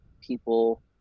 people